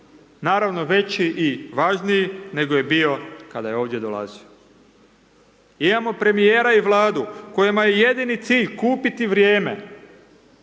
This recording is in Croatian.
naravno veći i važniji, nego je bio kada je ovdje dolazio. Imamo premijera i Vladu kojima je jedini cilj kupiti vrijeme